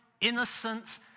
innocent